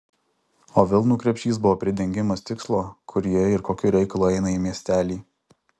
o vilnų krepšys buvo pridengimas tikslo kur ji ir kokiu reikalu eina į miestelį